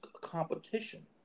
competition